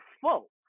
full